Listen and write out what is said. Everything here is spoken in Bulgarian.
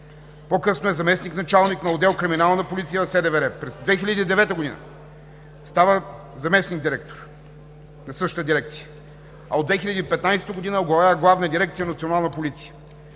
По-късно е заместник-началник на отдел „Криминална полиция“ в СДВР. През 2009 г. става заместник-директор на същата дирекция, а от 2015 г. оглавява Главна дирекция „Национална полиция“.